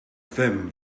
them